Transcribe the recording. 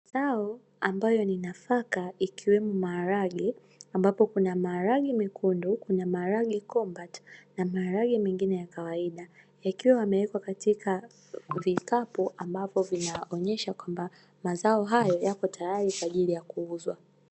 Zao ambayo ni nafaka ikiwemo maharage: ambapo kuna maharage mekundu, kuna maharage kombati na maharage mengine ya kawaida, yakiwa yamewekwa katika vikapu ambapo vinaonyesha kwamba mazao hayo yapo tayari kwa ajili ya kuuzwa.